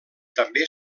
també